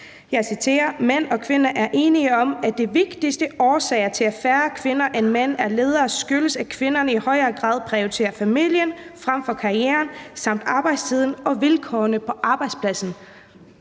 henvises til: »Mænd og kvinder er enige om, at de vigtigste årsager til at færre kvinder end mænd er ledere skyldes, at kvinderne i højere grad prioriterer familien frem for karrieren samt arbejdstiden og vilkårene på arbejdspladsen.«